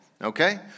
Okay